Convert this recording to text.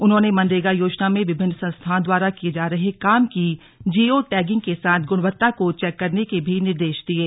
उन्होंने मनरेगा योजना में विभिन्न संस्थाओं द्वारा किये जा रहे काम की जीओ टैगिंग के साथ गुणवत्ता को चैक करने के भी निर्देश दिये